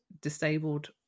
disabled